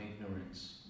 ignorance